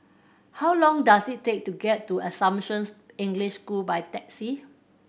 how long does it take to get to Assumption English School by taxi